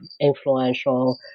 influential